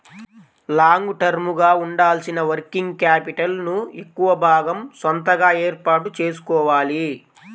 long term గా ఉండాల్సిన working capital ను ఎక్కువ భాగం సొంతగా ఏర్పాటు చేసుకోవాలి